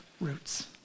roots